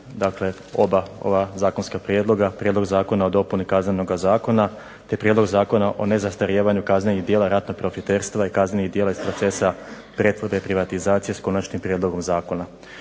oba ova zakonska prijedloga, Prijedlog zakona o dopuni Kaznenog zakona, te dopuni Zakona o nezastarijevanju kaznenog djela ratnog profiterstva i kaznenih djela iz procesa pretvorbe i privatizacije s Konačnim prijedlogom Zakona.